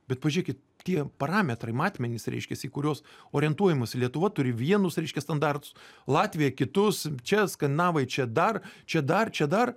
bet pažiūrėkit tie parametrai matmenys reiškias į kuriuos orientuojamasi lietuva turi vienus reiškia standartus latvija kitus čia skandinavai čia dar čia dar čia dar